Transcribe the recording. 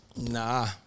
nah